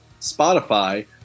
Spotify